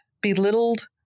belittled